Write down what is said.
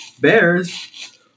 Bears